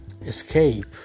escape